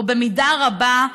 או במידה רבה,